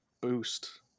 boost